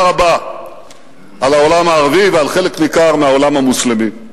רבה על העולם הערבי ועל חלק ניכר מהעולם המוסלמי.